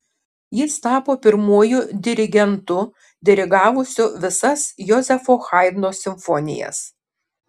jis tapo pirmuoju dirigentu dirigavusiu visas jozefo haidno simfonijas